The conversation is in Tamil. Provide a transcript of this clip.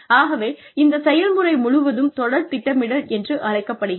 ஆகவே இந்த செயல்முறை முழுவதும் தொடர் திட்டமிடல் என்று அழைக்கப்படுகிறது